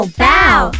bow